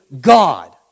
God